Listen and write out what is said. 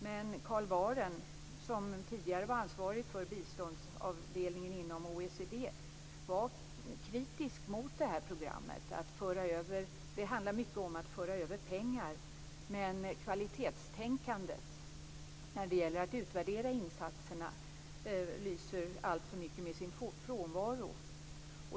Men Carl Wahren, som tidigare var ansvarig för biståndsavdelningen inom OECD, var kritisk mot programmet. Det handlar mycket om att föra över pengar, men kvalitetstänkandet när det gäller att utvärdera insatserna lyser alltför mycket med sin frånvaro.